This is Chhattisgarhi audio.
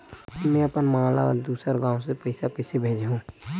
में अपन मा ला दुसर गांव से पईसा कइसे भेजहु?